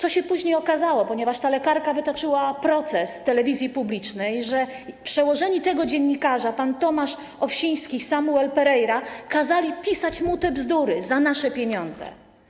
Jak się później okazało, jako że ta lekarka wytoczyła proces telewizji publicznej, przełożeni tego dziennikarza, pan Tomasz Owsiński i Samuel Pereira, kazali mu pisać te bzdury za nasze pieniądze.